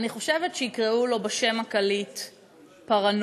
אני חושבת שיקראו לו בשם הקליט "פרנויה".